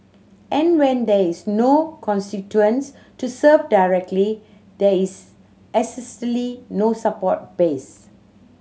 and when there is no constituents to serve directly there is no support base